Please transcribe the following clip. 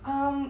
um